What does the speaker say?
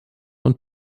und